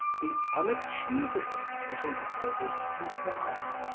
the unachievable that arouses desire.